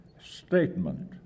statement